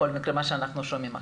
כמו שאנחנו שומעים עכשיו.